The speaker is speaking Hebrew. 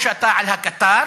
או שאתה על הקטר